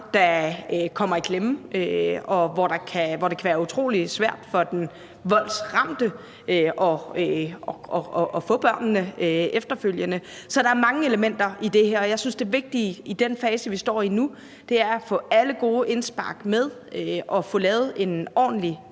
der kommer i klemme, hvor det kan være utrolig svært for den voldsramte at få børnene efterfølgende. Så der er mange elementer i det her, og jeg synes, det vigtige i den fase, vi står i nu, er at få alle gode indspark med og få lavet en ordentlig